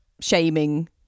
shaming